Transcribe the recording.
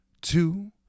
two